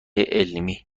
علمی